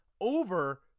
over